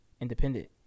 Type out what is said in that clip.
independent